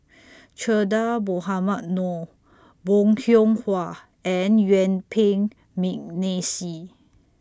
Che Dah Mohamed Noor Bong Hiong Hwa and Yuen Peng Mcneice